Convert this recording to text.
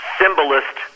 symbolist